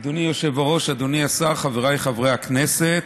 אדוני היושב-ראש, אדוני השר, חבריי חברי הכנסת,